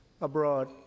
abroad